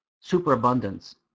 superabundance